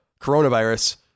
coronavirus